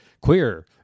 queer